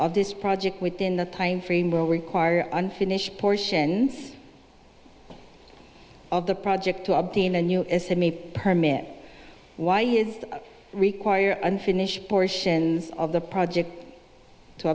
of this project within the time frame will require unfinished portions of the project to obtain a new as it may permit why is required unfinished portions of the project to